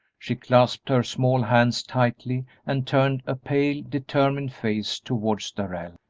she clasped her small hands tightly and turned a pale, determined face towards darrell.